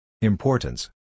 Importance